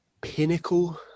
pinnacle